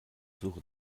suche